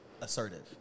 assertive